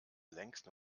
längsten